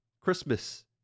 Christmas